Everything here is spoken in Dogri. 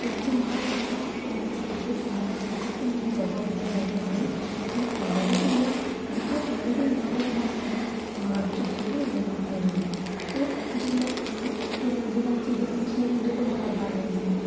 ते जिन्ना होई सकै अपने कोट्ठे पर जि'न्ना होई सकै उ'न्नी जगह् उं'दे ताईं बनानी कि ओह् पानी बी पीयै जित्थै ओह् पानी पीन औग उत्थु'आं उ'नें अपना दाना बी चुक्कियै लेई जाना अपने कन्नै होर जिल्लै अह् जिल्लै उं'दे ताईं चीजां रक्खी दियां होन उं'दे कोल बार बार नेईं जाना